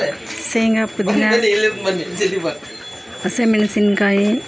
ಶೇಂಗಾ ಪುದಿನಾ ಹಸಿಮೆಣ್ಸಿನಕಾಯಿ